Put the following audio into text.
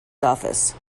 office